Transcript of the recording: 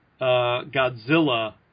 Godzilla